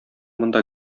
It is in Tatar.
монда